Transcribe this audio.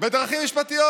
בדרכים משפטיות.